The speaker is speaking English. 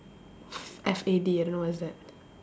F A D I don't know what is that